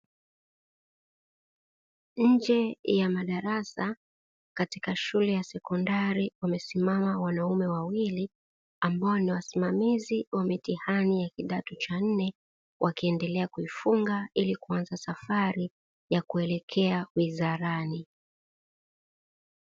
Nje ya madarasa katika shule ya sekondari wamesimama wanaume wawili ambao ni wasimamizi wa mitihani ya kidato cha nne, wakiendelea kuifunga ili kuanza safari ya kuelekea wizarani.